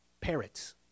parrots